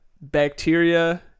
bacteria